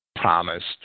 promised